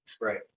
Right